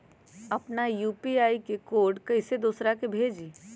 अपना यू.पी.आई के कोड कईसे दूसरा के भेजी?